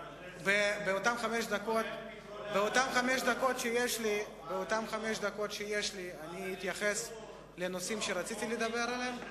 באותן חמש דקות שיש לי אני אתייחס לנושאים שרציתי לדבר עליהם.